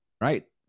right